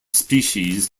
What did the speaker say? species